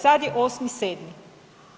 Sad je 8.7.